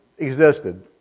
Existed